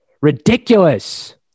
Ridiculous